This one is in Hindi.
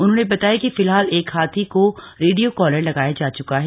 उन्होंने बताया कि फिलहाल एक हाथी को रेडियो कॉलर लगाया जा चुका है